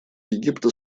египта